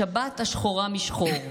השבת השחורה משחור.